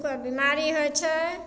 बीमारी होइ छै